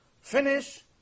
finish